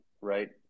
right